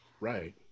Right